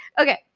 Okay